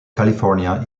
california